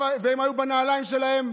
הם היו בנעליים שלנו.